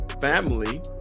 family